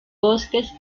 bosques